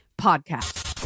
Podcast